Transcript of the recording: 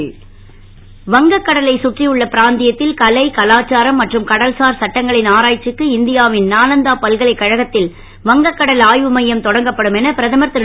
மோடி வங்கக் கடலை சுற்றி உள்ள பிராந்தியத்தில் கலை கலாச்சாரம் மற்றும் கடல்சார் சட்டங்களின் ஆராய்ச்சிக்கு இந்தியாவின் நாலாந்தா பல்கலை கழகத்தில் வங்கக்கடல் ஆய்வு மையம் தொடக்கப்படும் என பிரதமர் திரு